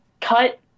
cut